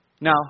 Now